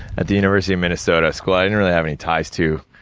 at the university of minnesota, a school i didn't really have any ties to,